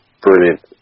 brilliant